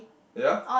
ya